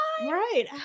right